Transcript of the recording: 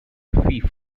fief